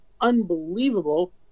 unbelievable